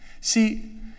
see